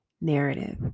narrative